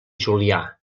julià